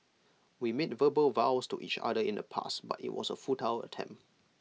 we made verbal vows to each other in the past but IT was A futile attempt